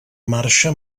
marxa